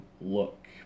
look